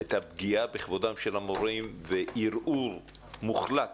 הייתה פגיעה בכבודם של המורים, וערעור מוחלט